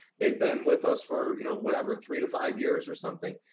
they've been with us for you know whatever three to five years or something.